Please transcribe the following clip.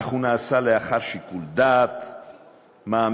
אך הוא נעשה לאחר שיקול דעת מעמיק.